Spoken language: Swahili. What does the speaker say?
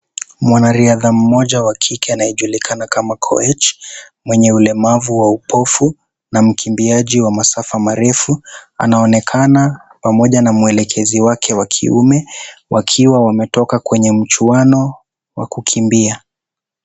Mwanariadha mmoja wa kike anayejulikanana kama Koech. Mwenye ulemavu wa upofu na mkimbiaji wa masafa marefu. Anaonekana pamoja na mwelekezi wake wa kiume, wakiwa wametoka kwenye mchuano wa kukimbia.